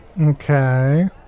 Okay